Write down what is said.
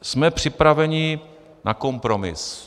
Jsme připraveni na kompromis.